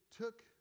took